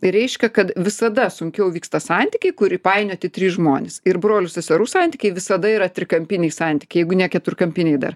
reiškia kad visada sunkiau vyksta santykiai kur įpainioti trys žmonės ir brolių seserų santykiai visada yra trikampiniai santykiai jeigu ne keturkampiniai dar